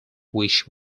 which